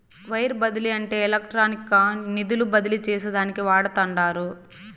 wire బదిలీ అంటే ఎలక్ట్రానిక్గా నిధులు బదిలీ చేసేదానికి వాడతండారు